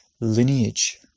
lineage